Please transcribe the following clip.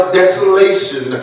desolation